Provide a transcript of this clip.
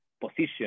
position